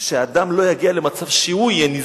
שאדם לא יגיע למצב שהוא יהיה נזקק,